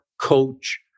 coach